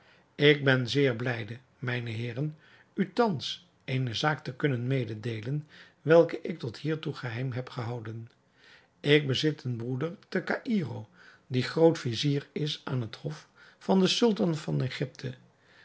ik ben zeer blijde mijne heeren u thans eene zaak te kunnen mededeelen welke ik tot hiertoe geheim heb gehouden ik bezit een broeder te caïro die groot-vizier is aan het hof van den sultan van egypte